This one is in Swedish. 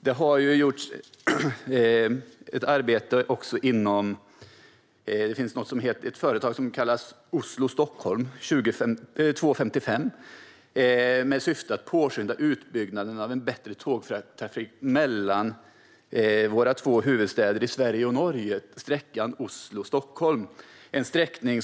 Det har gjorts ett arbete inom företaget Oslo-Stockholm 2.55 i syfte att påskynda utbyggnaden av en bättre tågtrafik mellan huvudstäderna i Norge och Sverige.